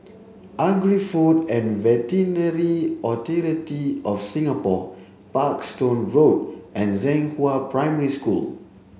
Agri Food and Veterinary Authority of Singapore Parkstone Road and Zhenghua Primary School